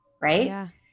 right